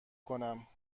کنم